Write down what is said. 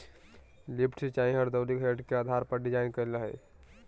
lift सिंचाई hydraulic head के आधार पर डिजाइन कइल हइ